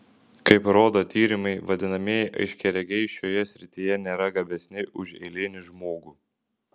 kaip rodo tyrimai vadinamieji aiškiaregiai šioje srityje nėra gabesni už eilinį žmogų